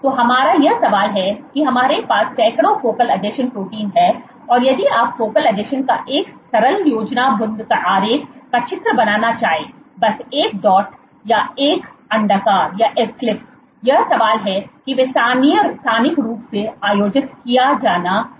तो हमारा यह सवाल है कि हमारे पास सैकड़ों फोकल आसंजन प्रोटीन है और यदि आप फोकल आसंजन का एक सरल योजनाबद्ध आरेख का चित्र बनाना चाहे बस एक डॉट या एक अंडाकार यह सवाल है कि वे स्थानिक रूप से आयोजित किया जाना चाहिए